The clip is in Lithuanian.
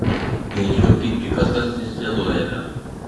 greičiau pinki kasas nes vėluojame